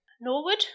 Norwood